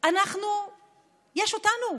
יש אותנו.